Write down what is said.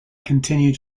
continued